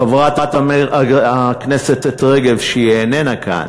חברת הכנסת רגב, שאיננה כאן,